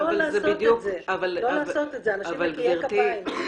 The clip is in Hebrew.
לא לעשות את זה, אנשים נקיי כפיים.